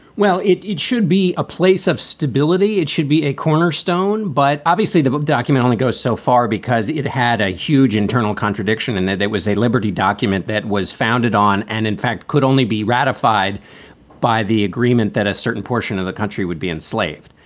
well, it it should be a place of stability. it should be a cornerstone. but obviously, the document only goes so far because it had a huge internal contradiction and that it was a liberty document that was founded on. and in fact, could only be ratified by the agreement that a certain portion of the country would be enslaved.